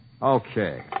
Okay